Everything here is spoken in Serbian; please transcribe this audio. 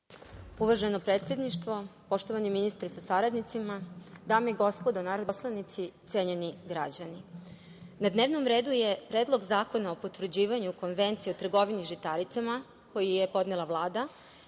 Uvaženo predsedništvo, poštovani ministre sa saradnicima, dame i gospodo narodni poslanici, cenjeni građani, na dnevnom redu je Predlog zakona o potvrđivanju Konvencije o trgovini žitaricama, koji je podnela Vlada,